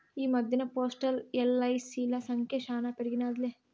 ఈ మద్దెన్న పోస్టల్, ఎల్.ఐ.సి.ల సంఖ్య శానా పెరిగినాదిలే